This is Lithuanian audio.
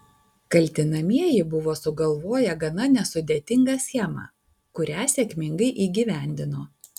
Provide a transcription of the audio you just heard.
kaltinamieji buvo sugalvoję gana nesudėtingą schemą kurią sėkmingai įgyvendino